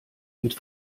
mit